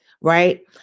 right